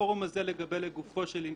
בפורום הזה לגופו של,